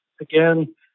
again